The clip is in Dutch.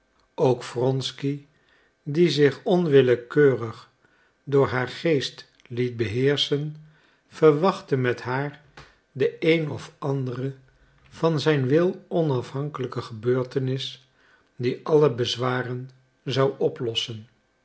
ook wronsky die zich onwillekeurig door haar geest liet beheerschen verwachtte met haar de een of andere van zijn wil onafhankelijke gebeurtenis die alle bezwaren zou oplossen